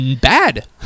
bad